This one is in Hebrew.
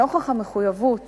נוכח המחויבות